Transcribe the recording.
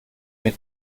mit